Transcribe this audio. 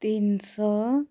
ᱛᱤᱱ ᱥᱚ